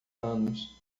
anos